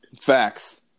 Facts